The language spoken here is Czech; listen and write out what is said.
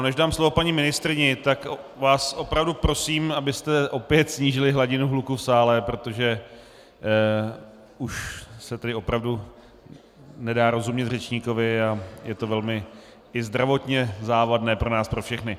Než dám slovo paní ministryni, opravdu vás prosím, abyste opět snížili hladinu hluku v sále, protože už se tedy opravdu nedá rozumět řečníkovi a je to velmi i zdravotně závadné pro nás pro všechny.